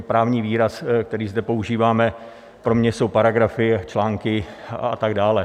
Právní výraz, který zde používáme, pro mě jsou paragrafy, články a tak dále.